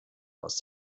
aus